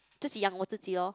自己养我自己 loh